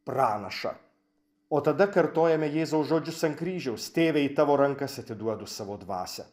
pranašą o tada kartojame jėzaus žodžius ant kryžiaus tėve į tavo rankas atiduodu savo dvasią